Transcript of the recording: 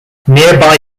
nearby